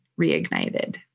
reignited